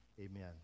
Amen